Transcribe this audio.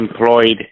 employed